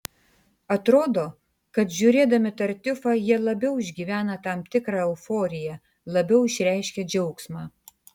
atrodo kad žiūrėdami tartiufą jie labiau išgyvena tam tikrą euforiją labiau išreiškia džiaugsmą